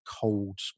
cold